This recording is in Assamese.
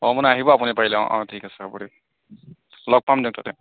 অঁ মানে আহিব আপুনি পাৰিলে অঁ অঁ ঠিক আছে হ'ব দিয়ক লগ পাম দিয়ক তাতে